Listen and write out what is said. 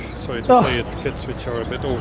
sorry ah yeah kids which are a bit